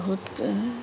बहुत